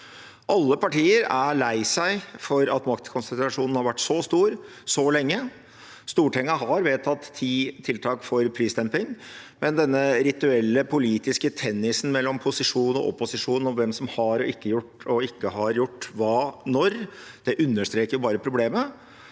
Alle partier er lei seg for at maktkonsentrasjonen har vært så stor så lenge. Stortinget har vedtatt ti tiltak for prisdemping, men denne rituelle politiske tennisen mellom posisjon og opposisjon om hvem som har og ikke har gjort hva når, understreker bare problemet,